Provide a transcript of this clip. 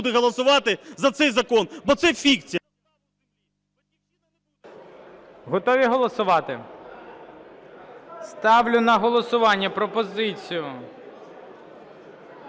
Готові голосувати? Ставлю на голосування пропозицію